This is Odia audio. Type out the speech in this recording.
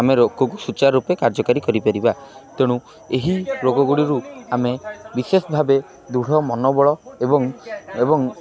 ଆମେ ରୋଗକୁ ସୂଚାର ରୂପେ କାର୍ଯ୍ୟକାରୀ କରିପାରିବା ତେଣୁ ଏହି ରୋଗ ଗୁଡ଼ିରୁ ଆମେ ବିଶେଷ ଭାବେ ଦୃଢ଼ ମନବଳ ଏବଂ ଏବଂ